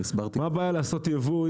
מה הבעיה לעשות ייבוא?